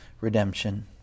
redemption